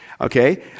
Okay